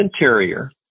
Interior